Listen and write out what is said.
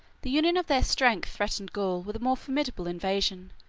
the union of their strength threatened gaul with a more formidable invasion,